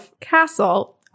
Castle